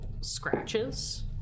scratches